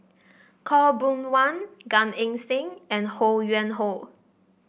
Khaw Boon Wan Gan Eng Seng and Ho Yuen Hoe